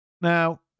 Now